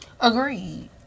Agreed